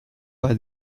bat